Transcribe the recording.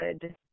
good